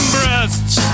Breasts